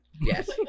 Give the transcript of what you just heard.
Yes